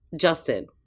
Justin